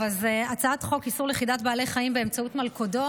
הצעת חוק איסור לכידת בעלי חיים באמצעות מלכודות,